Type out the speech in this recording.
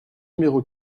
numéro